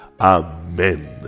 amen